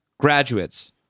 graduates